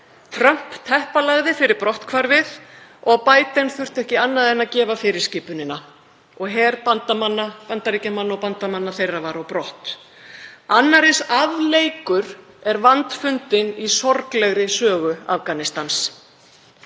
Trump teppalagði fyrir brotthvarfið og Biden þurfti ekki annað en að gefa fyrirskipunina og her Bandaríkjamanna og bandamanna þeirra var á brott. Annar eins afleikur er vandfundinn í sorglegri sögu Afganistans.